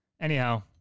Anyhow